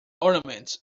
ornaments